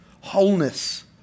Wholeness